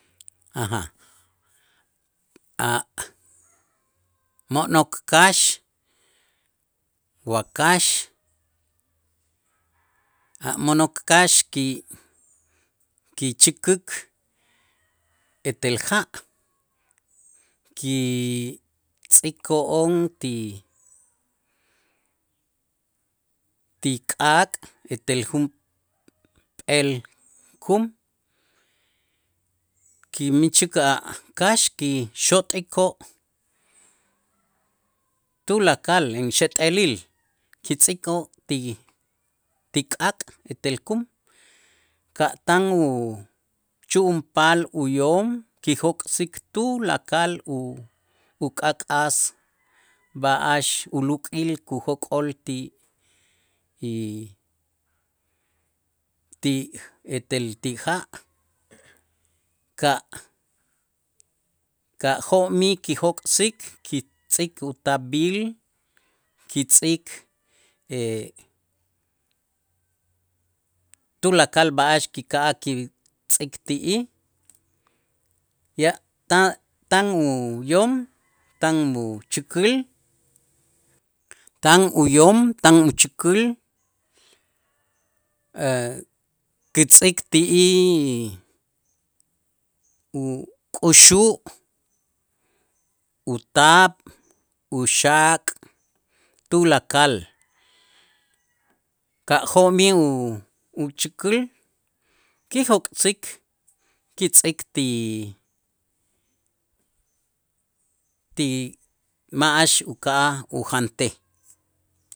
A' mo'nok kax, wakax, a' mo'nok kax ki- kichäkäk etel ja' kitz'iko'on ti ti k'aak' etel junp'eel kum kimij chäk a' kax kixot'ikoo' tulakal inxeet'elil, kitz'ikoo' ti k'aak' etel kum ka' tan uchu'unpal uyom kijok'sik tulakal u- uk'ak'as b'a'ax uluk'il kujok'ol ti ti etel ti ja' ka' ka' jo'mij kijok'sik kitz'ik utaab'il, kitz'ik tulakal b'a'ax kika'aj kitz'ik ti'ij ya ta- tan uyom, tan uchäkäl, tan uyom, tan uchäkäl kitz'ik ti'ij uk'uxu', utaab', uxaak' tulakal, ka' jo'mij u- uchäkäl kijok'sik kitz'ik ti ti ma'ax uka'aj ujantej.